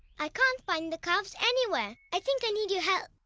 i can't find the calves anywhere. i think i need your help!